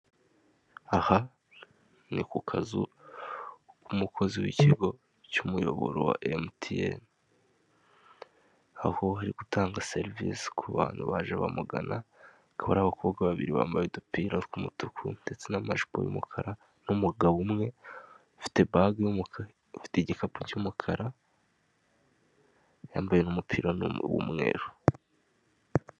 Aha ni ku kazu k'umukozi w'ikigo cy'umuyoboro wa MTN aho ari gutanga serivise ku bantu baje bamugana akaba ari abakobwa babiri bambaye udupira tw'umutuku ndetse n'amajipo y'umukara n'umugabo umwe ufite bag y'umukara/ufite igikapu cy'umukara yambaye n'umupira w'umweru.